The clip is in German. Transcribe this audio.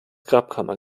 grabkammer